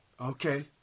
Okay